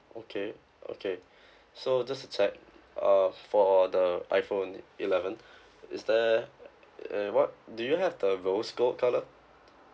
okay okay so just to check uh for the iPhone eleven is there a what do you have the rose gold colour